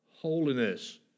holiness